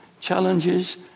challenges